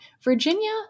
Virginia